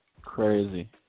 Crazy